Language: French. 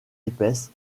épaisse